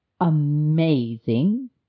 amazing